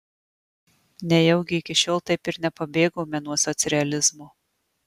nejaugi iki šiol taip ir nepabėgome nuo socrealizmo